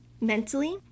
Mentally